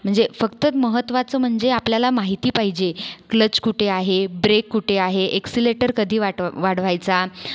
म्हणजे फक्त महत्त्वाचं म्हणजे आपल्याला माहिती पाहिजे क्लच कुठे आहे ब्रेक कुठे आहे एक्सीलेटर कधी वाट वाढवायचा